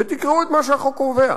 ותקראו את מה שהחוק קובע,